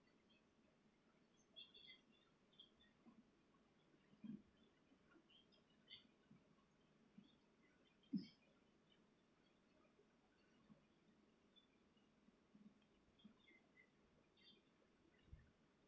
mm